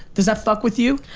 does that fuck with you?